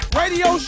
radio